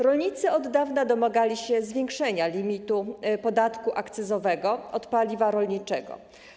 Rolnicy od dawna domagali się zwiększenia limitu podatku akcyzowego od paliwa rolniczego.